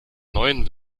neuen